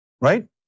right